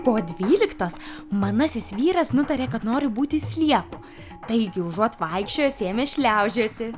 po dvyliktos manasis vyras nutarė kad nori būti slieku taigi užuot vaikščiojęs ėmė šliaužioti